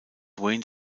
wayne